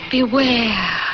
Beware